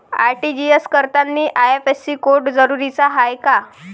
RTGS करतांनी IFSC code जरुरीचा हाय का?